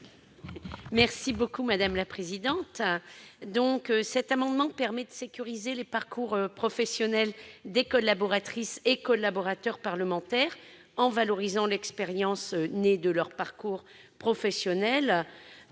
parole est à Mme Cathy Apourceau-Poly. Cet amendement vise à sécuriser les parcours professionnels des collaboratrices et collaborateurs parlementaires, en valorisant l'expérience née de leur parcours professionnel.